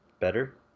better